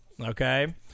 Okay